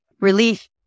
Relief